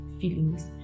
feelings